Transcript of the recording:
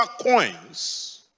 coins